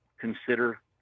consider